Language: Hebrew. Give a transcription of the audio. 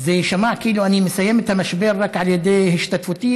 זה יישמע כאילו אני מסיים את המשבר רק על ידי השתתפותי?